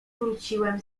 wróciłem